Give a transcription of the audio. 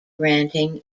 granting